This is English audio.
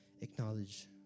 acknowledge